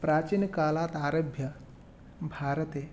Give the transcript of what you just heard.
प्राचीनकालात् आरभ्य भारते